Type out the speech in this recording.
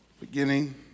Beginning